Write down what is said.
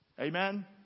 Amen